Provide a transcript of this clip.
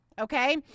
Okay